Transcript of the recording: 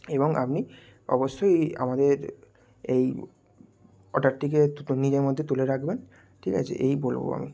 এবং আপনি অবশ্যই এই আমাদের এই অর্ডারটিকে নিজের মধ্যে তুলে রাখবেন ঠিক আছে এই বলবো আমি